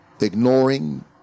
ignoring